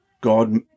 God